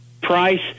Price